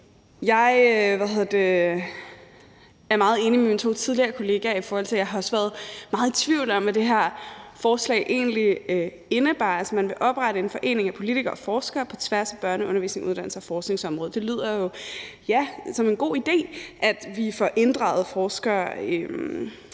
Jeg er meget enig med mine to foregående kollegaer, i forhold til at jeg også har været meget i tvivl om, hvad det her forslag egentlig indebar. Altså, man vil oprette en forening af politikere og forskere på tværs af børne-, undervisnings-, uddannelses- og forskningsområdet, og ja, det lyder jo som en god idé, at vi får inddraget forskere